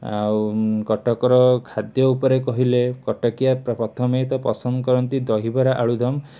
ଆଉ ଉଁ କଟକର ଖାଦ୍ୟଉପରେ କହିଲେ କଟକିଆ ପ୍ରଥମେ ତ ପସନ୍ଦକରନ୍ତି ଦହିବରା ଆଳୁଦମ